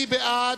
מי בעד?